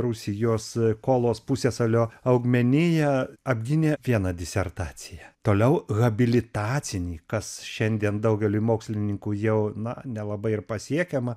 rusijos kolos pusiasalio augmeniją apgynė vieną disertaciją toliau habilitacinį kas šiandien daugeliui mokslininkų jau na nelabai ir pasiekiama